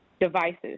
devices